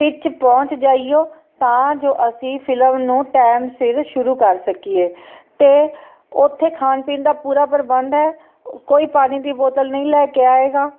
ਟਿਚ ਪਹੁੰਚ ਜਾਇਓ ਤਾਂ ਜੋ ਅਸੀਂ ਫਿਲਮ ਨੂੰ ਟਾਇਮ ਸਿਰ ਸ਼ੁਰੂ ਕਰ ਸਕੀਏ ਅਤੇ ਉੱਥੇ ਖਾਣ ਪੀਣ ਦਾ ਪੂਰਾ ਪ੍ਰਬੰਧ ਹੈ ਕੋਈ ਪਾਣੀ ਦੀ ਬੋਤਲ ਨਹੀਂ ਲੈ ਕੇ ਆਏਗਾ